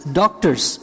doctors